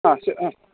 ആ ശരി ആ